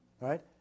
Right